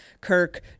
Kirk